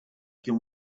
can